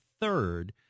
third